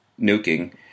nuking